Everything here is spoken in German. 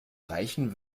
reichen